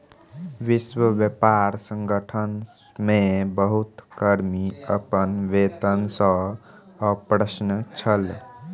विश्व व्यापार संगठन मे बहुत कर्मी अपन वेतन सॅ अप्रसन्न छल